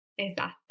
Esatto